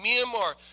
Myanmar